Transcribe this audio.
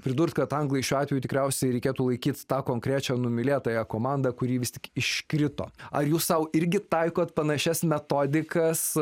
pridurti kad anglai šiuo atveju tikriausiai reikėtų laikyti tą konkrečią numylėtąją komandą kuri vis tik iškrito ar jūs sau irgi taikote panašias metodikas